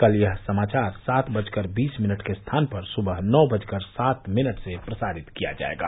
कल यह समाचार सात बज कर बीस मिनट के स्थान पर सुबह नौ बजकर सात मिनट से प्रसारित किया जायेगा